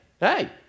Hey